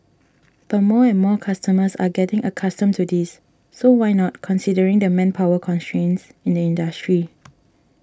but more and more customers are getting accustomed to this so why not considering the manpower constraints in the industry